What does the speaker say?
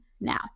now